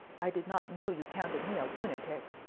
i did not know you counted me a lunatic,